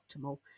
optimal